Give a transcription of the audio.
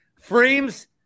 Frames